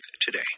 today